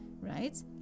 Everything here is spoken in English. right